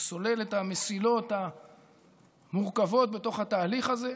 שסולל את המסילות המורכבות בתוך התהליך הזה.